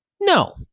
No